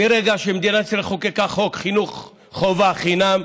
מרגע שמדינת ישראל חוקקה חוק חינוך חובה חינם,